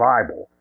Bible